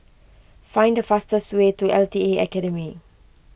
find the fastest way to L T A Academy